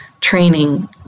training